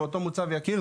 ואותו מוצב יקיר,